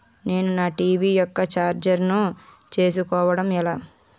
నేను నా టీ.వీ యెక్క రీఛార్జ్ ను చేసుకోవడం ఎలా?